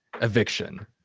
eviction